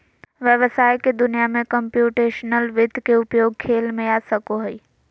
व्हवसाय के दुनिया में कंप्यूटेशनल वित्त के उपयोग खेल में आ सको हइ